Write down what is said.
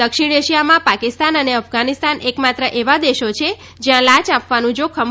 દક્ષિણ એશિયામાં પાકિસ્તાન અને અફઘાનિસ્તાન એક માત્ર એવા દેશો છે જ્યાં લાંચ આપવાનું જોખમ વધારે છે